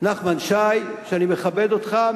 נחמן שי שאני מכבד אותך,